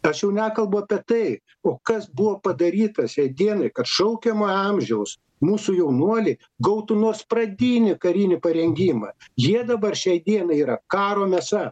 aš jau nekalbu apie tai o kas buvo padaryta šiai dienai kad šaukiamojo amžiaus mūsų jaunuoliai gautų nors pradinį karinį parengimą jie dabar šiai dienai yra karo mėsa